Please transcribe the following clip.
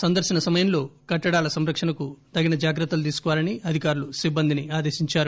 సందర్పన సమయంలో కట్టడాల సంరక్షణకు తగిన జాగ్రత్తలు తీసుకోవాలని అధికారులు సిబ్బందిని ఆదేశించారు